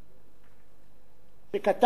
שכתבתי לשרי המשפטים